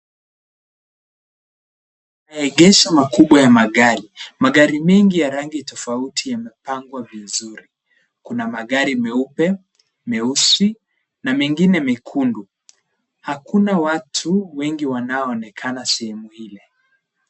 Maegesho makubwa ya magari, magari mengi ya rangi tofauti yamepangwa vizuri. Kuna magari meupe, meusi na mengine mekundu. Hakuna watu wengi wanaoonekana sehemu hii.